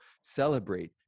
celebrate